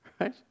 right